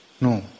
No